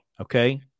Okay